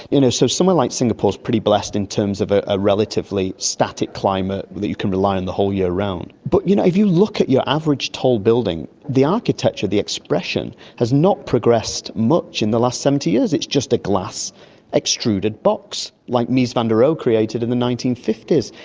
so somewhere like singapore is pretty blessed in terms of ah a relatively static climate that you can rely on the whole year round. but you know if you look at your average tall building, the architecture, the expression has not progressed much in the last seventy years, it's just a glass extruded box, like mies van der rohe created in the nineteen fifty s.